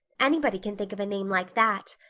anybody can think of a name like that.